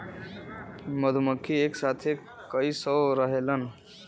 मधुमक्खी एक साथे कई सौ रहेलन